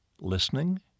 listening